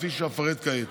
כפי שאפרט כעת.